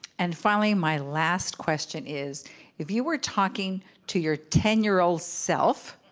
and finally, my last question is if you were talking to your ten year old self,